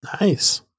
Nice